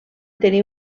tenir